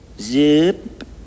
Zip